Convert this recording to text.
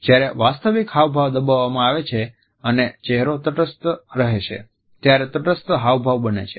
જ્યારે વાસ્તવિક હાવભાવ દબાવવામાં આવે છે અને ચહેરો તટસ્થ રહે છે ત્યારે તટસ્થ હાવભાવ બને છે